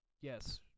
Yes